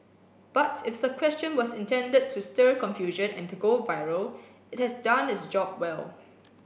but if the question was intended to stir confusion and to go viral it has done its job well